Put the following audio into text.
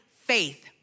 faith